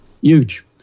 huge